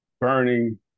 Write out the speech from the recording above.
burning